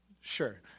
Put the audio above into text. sure